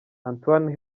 antoine